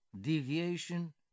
deviation